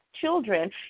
children